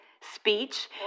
speech